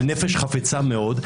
--- על נפש חפצה מאוד.